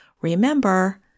remember